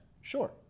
sure